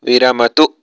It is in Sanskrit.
विरमतु